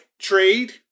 trade